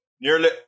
Nearly